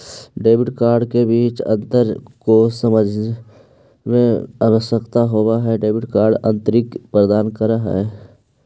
Debit card के बीच अंतर को समझे मे आवश्यक होव है क्रेडिट कार्ड अतिरिक्त प्रदान कर है?